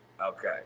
Okay